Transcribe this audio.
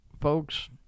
folks